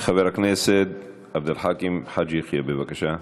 חבר הכנסת עבד אל חכים חאג' יחיא, בבקשה.